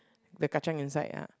the kacang inside ah